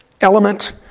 element